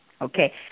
Okay